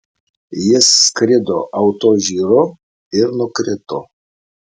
jis skrido autožyru ir nukrito